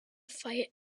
fight